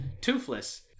toothless